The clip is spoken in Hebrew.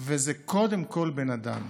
וזה קודם כול בן אדם,